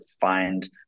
find